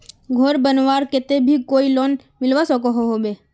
घोर बनवार केते भी कोई लोन मिलवा सकोहो होबे?